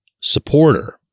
supporter